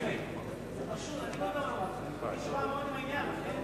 אף אחד, הכול עובר אוטומטית לוועדות, לכן